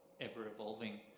ever-evolving